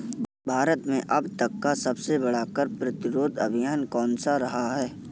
भारत में अब तक का सबसे बड़ा कर प्रतिरोध अभियान कौनसा रहा है?